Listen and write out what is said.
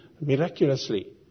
miraculously